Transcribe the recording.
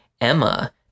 Emma